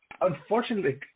Unfortunately